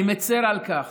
אני מצר על כך